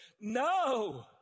no